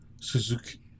Suzuki